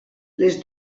les